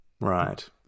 Right